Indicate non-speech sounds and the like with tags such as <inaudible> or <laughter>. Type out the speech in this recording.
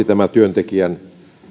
<unintelligible> tämä työntekijän